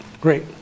great